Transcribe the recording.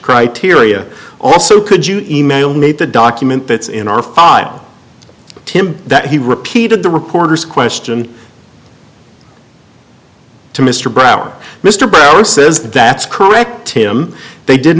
criteria also could you email me the document that's in our five tim that he repeated the reporter's question to mr brauer mr barron says that's correct tim they did